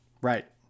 Right